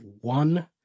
one